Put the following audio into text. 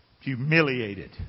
Humiliated